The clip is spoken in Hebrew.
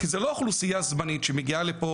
כי זו לא אוכלוסייה זמנית שמגיעה לפה